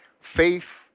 Faith